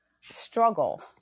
struggle